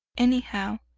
anyhow,